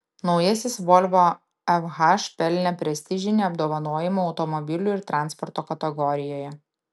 naujasis volvo fh pelnė prestižinį apdovanojimą automobilių ir transporto kategorijoje